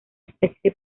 especie